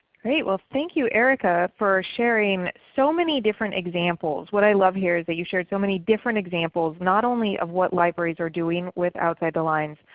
well, thank you erica for sharing so many different examples. what i love here is that you shared so many different examples not only of what libraries are doing with outside the lines,